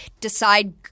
decide